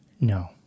No